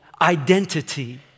identity